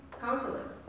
counselors